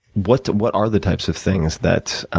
what what are the types of things that